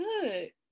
good